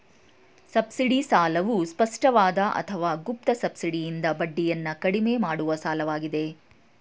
subsidy ಸಾಲವು ಸ್ಪಷ್ಟವಾದ ಅಥವಾ ಗುಪ್ತ ಸಬ್ಸಿಡಿಯಿಂದ ಬಡ್ಡಿಯನ್ನ ಕಡಿಮೆ ಮಾಡುವ ಸಾಲವಾಗಿದೆ